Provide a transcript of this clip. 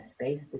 space